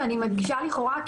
ואני מדגישה לכאורה,